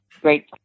great